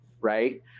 Right